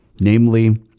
namely